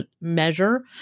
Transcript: measure